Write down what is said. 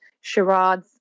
charades